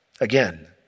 again